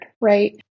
right